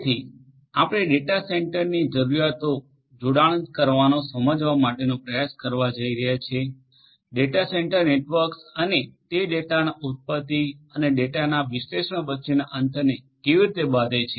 તેથી આપણે ડેટા સેન્ટરની જરૂરિયાતો જોડાણ કરવાનો સમજવા માટેના પ્રયાસ કરવા જઈ રહ્યા છીએ ડેટા સેન્ટર નેટવર્ક્સ અને તે ડેટાના ઉત્પત્તિ અને ડેટાના વિશ્લેષણ વચ્ચેના અંતરને કેવી રીતે બાંધે છે